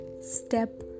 step